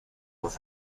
with